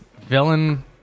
villain